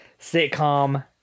sitcom